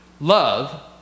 love